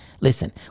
Listen